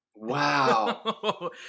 Wow